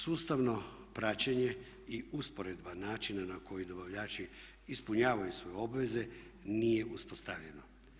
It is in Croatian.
Sustavno praćenje i usporedba načina na koji dobavljači ispunjavaju svoje obveze nije uspostavljeno.